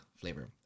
flavor